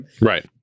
right